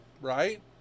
right